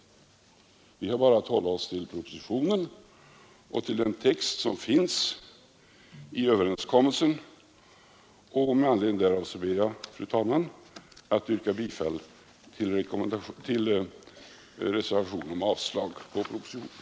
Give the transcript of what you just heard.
Vi har bara att hålla oss till propositionen och till den text som finns i överenskommelsen. Med anledning därav ber jag, fru talman, att få yrka bifall till reservationen om avslag på propositionens förslag.